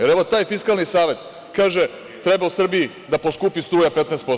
Jer, evo, taj Fiskalni savet kaže - treba u Srbiji da poskupi struja 15%